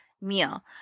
meal